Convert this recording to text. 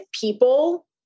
people